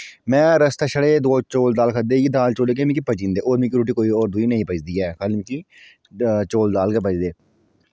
मैं रस्तै छड़े चौल दाल खादे इ'यै दाल चौल केह् मिगी पची जंदे होर मिगी रुट्टी कोई होर दुई नेईं पचदी ऐ चौल दाल गै पचदे